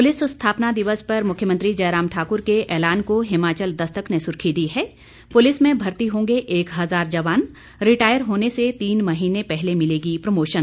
police स्थापना दिवस पर मुख्यमंत्री जयराम ठाक़्र के ऐलान को हिमाचल दस्तक ने सुर्खी दी है पुलिस में भर्ती होंगे एक हजार जवान रिटायर होने से तीन महीने पहले मिलेगी प्रमोशन